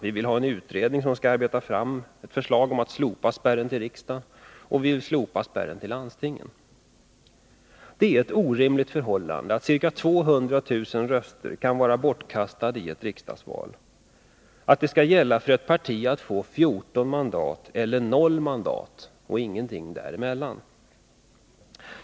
Vi vill ha en utredning som skall arbeta fram förslag om ett slopande av spärren till riksdagen och spärren till landstingen. Det är ett orimligt förhållande att ca 200000 röster kan vara bortkastade i ett riksdagsval och att det skall gälla för ett parti att få 14 mandat eller noll och inget däremellan.